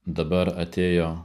dabar atėjo